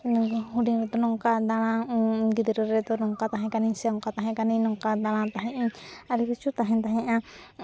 ᱦᱩᱰᱤᱧ ᱚᱠᱛᱚ ᱱᱚᱝᱠᱟ ᱫᱟᱬᱟ ᱜᱤᱫᱽᱨᱟᱹ ᱨᱮᱫᱚ ᱱᱚᱝᱠᱟ ᱛᱟᱦᱮᱸ ᱠᱟᱹᱱᱟᱹᱧ ᱥᱮ ᱚᱱᱠᱟ ᱛᱟᱦᱮᱸ ᱠᱟᱹᱱᱟᱹᱧ ᱱᱚᱝᱠᱟ ᱫᱟᱬᱟ ᱛᱟᱦᱮᱸᱜ ᱤᱧ ᱟᱹᱰᱤ ᱠᱤᱪᱷᱩ ᱛᱟᱦᱮᱱ ᱛᱟᱦᱮᱸᱜᱼᱟ